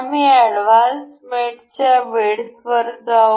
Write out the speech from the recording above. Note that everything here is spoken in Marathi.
आम्ही एडव्हान्स मेटच्या वीडथवर जाऊ